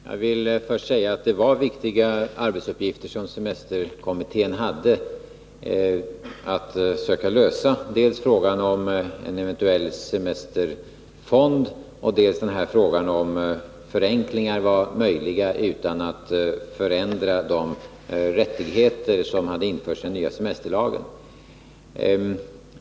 Fru talman! Jag vill först säga att det var viktiga arbetsuppgifter som semesterkommittén hade att söka lösa — dels frågan om en eventuell semesterfond, dels frågan om huruvida förenklingar var möjliga att genomföra utan att förändra de rättigheter som hade införts i den nya semesterlagen.